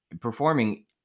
performing